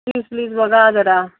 please please बघा जरा